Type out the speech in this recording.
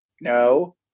no